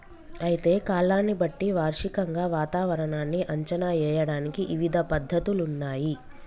అయితే కాలాన్ని బట్టి వార్షికంగా వాతావరణాన్ని అంచనా ఏయడానికి ఇవిధ పద్ధతులున్నయ్యి